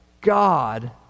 God